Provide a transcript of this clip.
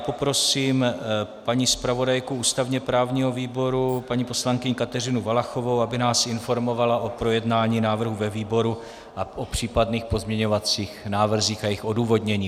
Poprosím paní zpravodajku ústavně právního výboru paní poslankyni Kateřinu Valachovou, aby nás informovala o projednání návrhu ve výboru a o případných pozměňovacích návrzích a jejich odůvodnění.